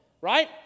right